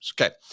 okay